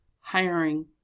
hiring